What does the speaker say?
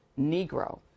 Negro